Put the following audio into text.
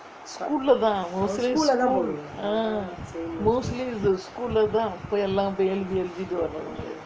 school தான்:thaan mostly school ah mostly the school lah தான் போய் எல்லா போய் எழுதி எழுதிட்டு வரது:thaan poi ella poi ezhuthi ezhuthittu varathu